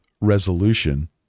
resolution